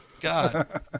God